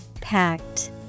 Packed